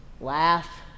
laugh